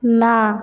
ନା